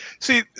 See